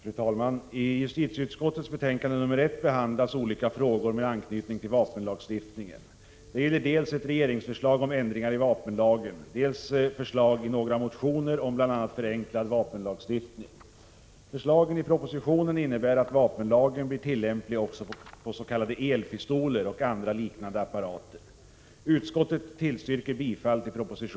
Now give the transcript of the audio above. Fru talman! I justitieutskottets betänkande nr 1 behandlas olika frågor med anknytning till vapenlagstiftningen. Det gäller dels ett regeringsförslag om ändringar i vapenlagen, dels förslag i några motioner om bl.a. förenklad vapenlagstiftning. Ett förslag i propositionen innebär att vapenlagen blir tillämplig också på s.k. el-pistoler och andra liknande apparater. Utskottet tillstyrker bifall till det förslaget.